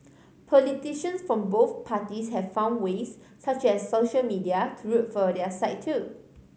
politicians from both parties have found ways such as social media to root for their side too